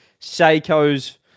Seiko's